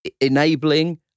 enabling